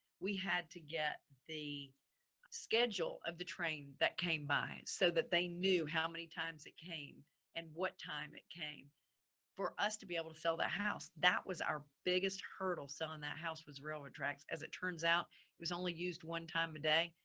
we had to get the schedule of the train that came by so that they knew how many times it came and what time it came for us to be able to sell that house. that was our biggest hurdle. selling that house was real attractive. as it turns out, it was only used one time a day,